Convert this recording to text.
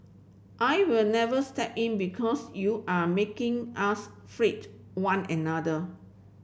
I will never step in because you are making us freight one another